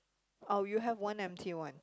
oh you have one empty one